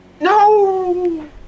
No